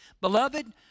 Beloved